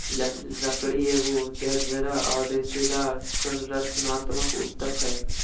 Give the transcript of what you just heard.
लकड़ी एगो झरझरा औरर रेशेदार संरचनात्मक ऊतक हइ